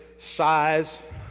size